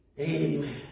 Amen